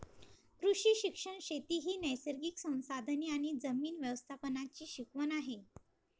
कृषी शिक्षण शेती ही नैसर्गिक संसाधने आणि जमीन व्यवस्थापनाची शिकवण आहे